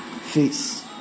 face